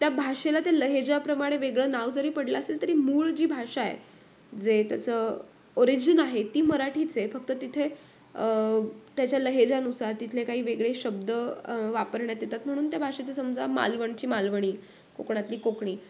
त्या भाषेला त्या लहेजाप्रमाणे वेगळं नाव जरी पडलं असेल तरी मूळ जी भाषा आहे जे त्याचं ओरिजिन आहे ती मराठीच आहे फक्त तिथे त्याच्या लहेजानुसार तिथले काही वेगळे शब्द वापरण्यात येतात म्हणून त्या भाषेचं समजा मालवणची मालवणी कोकणातली कोकणी